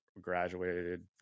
graduated